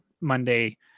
Monday